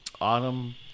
Autumn